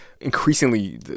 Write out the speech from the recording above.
increasingly